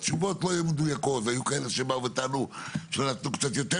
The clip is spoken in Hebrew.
אז התשובות לא היו מדויקות והיו כאלה שבאו וטענו שנתנו קצת יותר